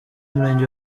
murenge